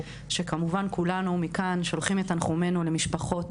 שכמובן כולנו מכאן שולחים את תנחומינו למשפחות